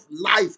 life